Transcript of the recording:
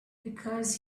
because